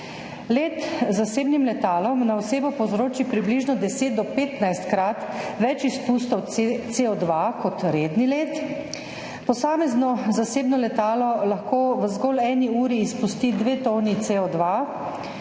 Let z zasebnim letalom na osebo povzroči približno deset- do petnajstkrat več izpustov CO2 kot redni let. Posamezno zasebno letalo lahko v zgolj eni uri izpusti dve toni CO2.